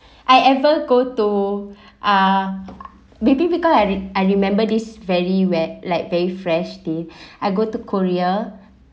I ever go to uh maybe because I I remember this valley where like day fresh day I go to korea